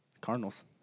Cardinals